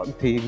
thì